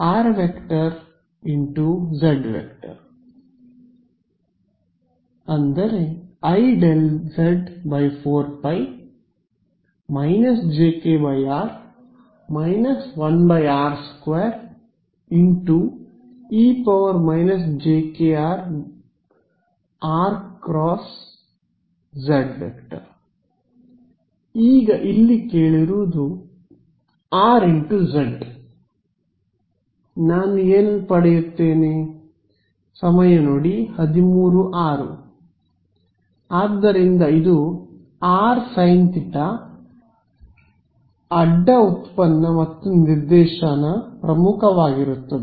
ಆದ್ದರಿಂದ ಇದು rsin θ ಅಡ್ಡ ಉತ್ಪನ್ನ ಮತ್ತು ನಿರ್ದೇಶನ ಪ್ರಮುಖವಾಗಿರುತ್ತದೆ